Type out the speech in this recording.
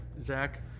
Zach